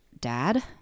dad